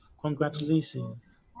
Congratulations